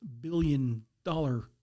billion-dollar